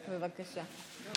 בבקשה.